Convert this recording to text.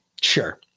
Sure